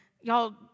y'all